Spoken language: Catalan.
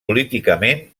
políticament